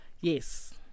yes